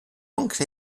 oncle